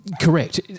correct